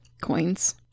Coins